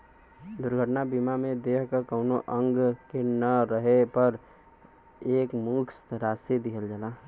दुर्घटना बीमा में देह क कउनो अंग के न रहे पर एकमुश्त राशि दिहल जाला